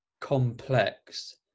complex